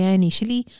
initially